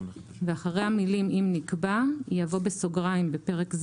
ואחרי המילים 'אם נקבע' יבוא '(בפרק זה